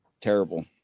Terrible